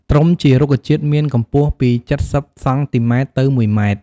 ត្រុំជារុក្ខជាតិមានកម្ពស់ពី ៧០សង់ទីម៉ែត្រទៅ១ម៉ែត្រ។